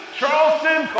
Charleston